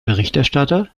berichterstatter